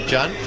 John